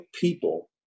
people